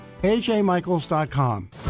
AJMichaels.com